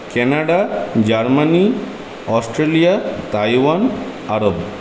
Canada Germany Australia Taiwan Arab